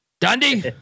Dundee